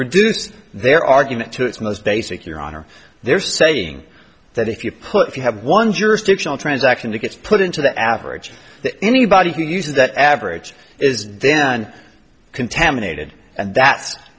reduce their argument to its most basic your honor they're saying that if you put if you have one jurisdictional transaction it gets put into the average anybody who uses that average is then contaminated a